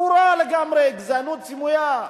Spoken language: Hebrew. ברורה לגמרי, גזענות סמויה.